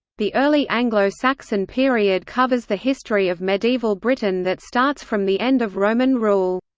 the early anglo-saxon period covers the history of medieval britain that starts from the end of roman rule.